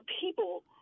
people